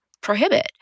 prohibit